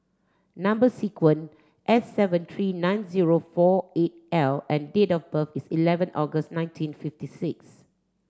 number sequence S seven three nine zero four eight L and date of birth is eleven August nineteen fifty six